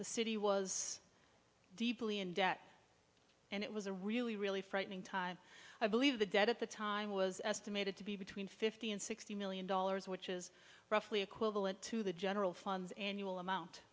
the city was deeply in debt and it was a really really frightening time i believe the debt at the time was estimated to be between fifty and sixty million dollars which is roughly equivalent to the general funds annual amount